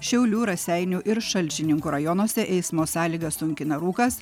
šiaulių raseinių ir šalčininkų rajonuose eismo sąlygas sunkina rūkas